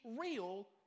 real